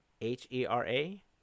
H-E-R-A